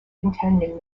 intending